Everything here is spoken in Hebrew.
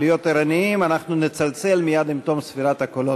אין מתנגדים,